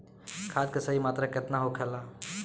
खाद्य के सही मात्रा केतना होखेला?